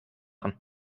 machen